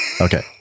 Okay